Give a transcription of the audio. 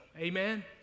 Amen